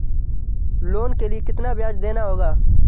Loan के लिए कितना ब्याज देना होगा?